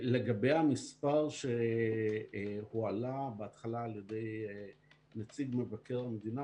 לגבי המספר שהועלה בהתחלה על ידי נציג מבקר המדינה,